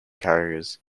carriers